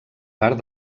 part